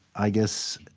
i guess,